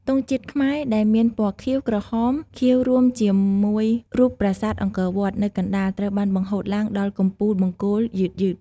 ទង់ជាតិខ្មែរ ដែលមាន ពណ៌ខៀវ ក្រហម ខៀវ រួមជាមួយ រូបប្រាសាទអង្គរវត្ត នៅកណ្ដាល ត្រូវបាន បង្ហូតឡើងដល់កំពូលបង្គោល យឺតៗ។